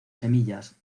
semillas